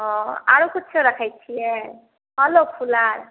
हँ आओरो कुच्छो रखै छियै फलो फूल आर